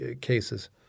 cases